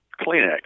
Kleenex